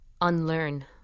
unlearn